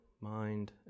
mind